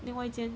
另外一间